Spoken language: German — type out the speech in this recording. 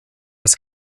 das